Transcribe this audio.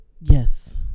Yes